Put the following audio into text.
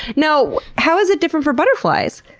now how is it different for butterflies?